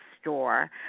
store